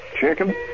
Chicken